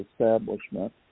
establishment